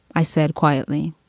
i said quietly.